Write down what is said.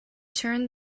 turned